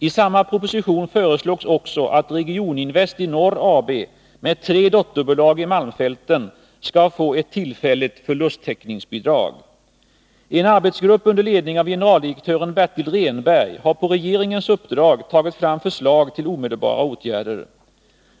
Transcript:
I samma proposition föreslås också att Regioninvest i Norr AB, med tre dotterbolag i malmfälten, skall få ett tillfälligt förlusttäckningsbidrag. En arbetsgrupp under ledning av generaldirektören Bertil Rehnberg har på regeringens uppdrag tagit fram förslag till omedelbara åtgärder.